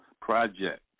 project